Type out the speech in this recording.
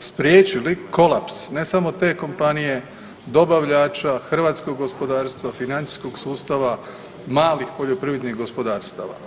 spriječili kolaps ne samo te kompanije, dobavljača, hrvatskog gospodarstva, financijskog sustava, malih poljoprivrednih gospodarstava.